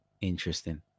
Interesting